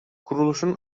kuruluşun